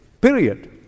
period